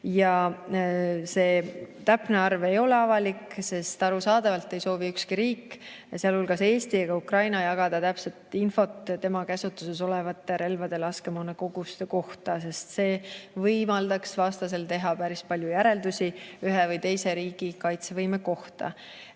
kümnetes. Täpne arv ei ole avalik, sest arusaadavalt ei soovi ükski riik, ka Eesti ja Ukraina, jagada täpset infot enda käsutuses olevate relvade ja laskemoona koguste kohta. See võimaldaks vastasel teha päris palju järeldusi ühe või teise riigi kaitsevõime kohta.